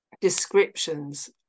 descriptions